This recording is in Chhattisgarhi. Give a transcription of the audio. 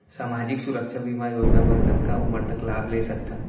सामाजिक सुरक्षा बीमा योजना बर कतका उमर तक लाभ ले सकथन?